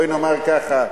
בואי נאמר ככה,